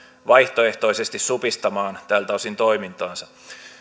vaihtoehtoisesti supistamaan tältä osin toimintaansa